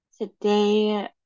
Today